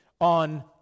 on